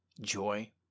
joy